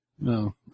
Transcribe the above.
No